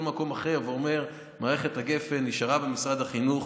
מקום אחר אומר: מערכת גפ"ן נשארה במשרד החינוך,